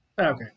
okay